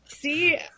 See